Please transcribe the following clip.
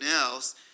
else